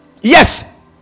Yes